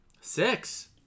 Six